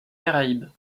caraïbes